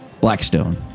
Blackstone